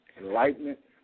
Enlightenment